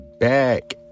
back